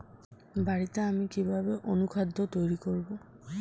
বাড়িতে আমি কিভাবে অনুখাদ্য তৈরি করব?